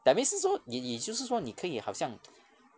that means 是说你你就是说你可以好像